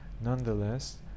Nonetheless